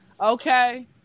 okay